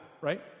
right